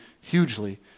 hugely